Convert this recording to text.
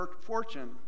fortune